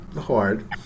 hard